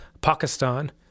Pakistan